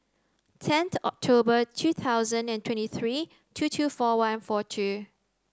ten October two thousand and twenty three two two four one four two